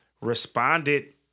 responded